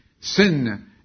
sin